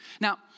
Now